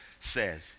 says